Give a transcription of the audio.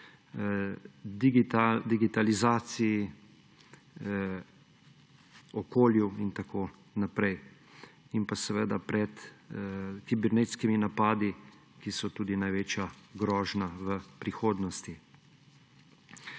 digitalizaciji, okolju in tako naprej – in seveda pred kibernetskimi napadi, ki so tudi največja grožnja v prihodnosti.